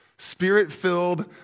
Spirit-filled